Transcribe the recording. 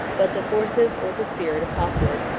but the forces, or the spirit, of hawkwood,